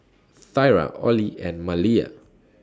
Thyra Ollie and Maleah